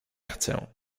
chcę